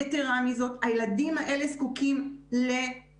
יתרה מזו, הילדים האלה זקוקים לשגרה.